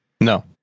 No